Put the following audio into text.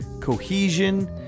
...Cohesion